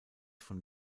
von